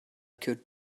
could